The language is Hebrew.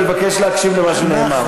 אני מבקש להקשיב למה שנאמר.